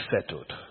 settled